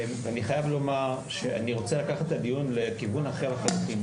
ואני חייב לומר שאני רוצה לקחת את הדיון לכיוון אחר לחלוטין.